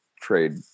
trade